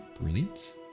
brilliant